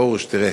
פרוש, תראה,